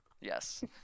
Yes